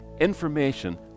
information